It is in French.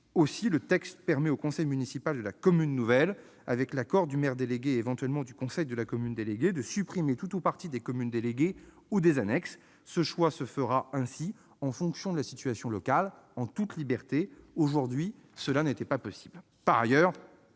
Aussi, ce texte permet au conseil municipal de la commune nouvelle, avec l'accord du maire délégué et éventuellement du conseil de la commune déléguée, de supprimer tout ou partie des communes déléguées ou des annexes. Ce choix se fera en fonction de la situation locale. Aujourd'hui, cela n'est pas possible.